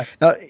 Now